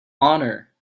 honor